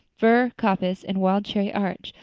fir coppice and wild cherry arch,